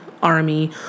army